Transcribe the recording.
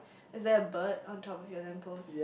is there a bird on top of your lamp post